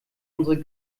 unsere